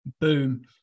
Boom